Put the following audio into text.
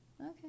Okay